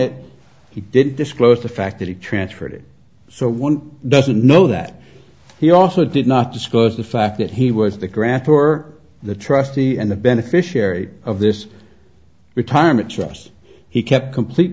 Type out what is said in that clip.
he didn't disclose the fact that he transferred it so one doesn't know that he also did not disclose the fact that he was the grant for the trustee and the beneficiary of this retirement trust he kept complete